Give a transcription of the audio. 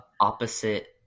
opposite